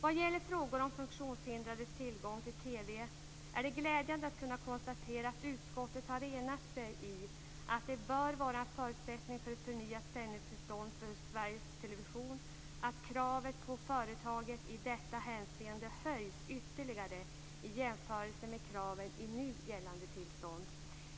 Vad gäller frågor om funktionshindrades tillgång till TV är det glädjande att kunna konstatera att utskottet har enat sig i att det bör vara en förutsättning för ett förnyat sändningstillstånd för Sveriges Television att kraven på företaget i detta hänseende höjs ytterligare i jämförelse med kraven i nu gällande tillstånd.